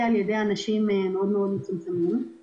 על ידי מספר מאוד מצומצם של אנשים.